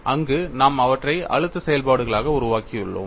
அங்கு நாம் அவற்றை அழுத்த செயல்பாடுகளாக உருவாக்கியுள்ளோம்